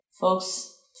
folks